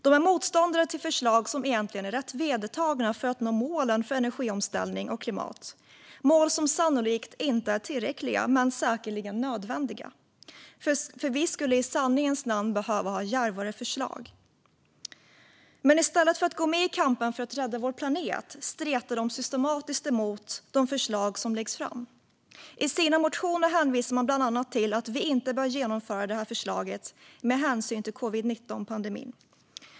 De är motståndare till förslag som egentligen är rätt vedertagna för att nå målen för energiomställning och klimat, mål som sannolikt inte är tillräckliga men som säkerligen är nödvändiga - för vi skulle i sanningens namn behöva ha djärvare förslag. Men i stället för att gå med i kampen för att rädda vår planet stretar de systematiskt emot de förslag som läggs fram. I sina motioner hänvisar de bland annat till att vi inte bör genomföra det här förslaget med hänsyn till covid-19-pandemin.